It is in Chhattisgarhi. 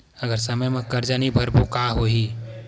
अगर समय मा कर्जा नहीं भरबों का होई?